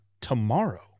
tomorrow